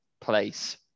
place